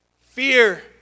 fear